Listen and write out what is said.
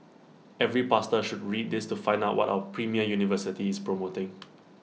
every pastor should read this to find out what our premier university is promoting